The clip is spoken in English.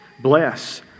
Bless